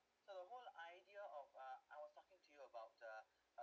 the whole idea of uh I was talking to you about uh uh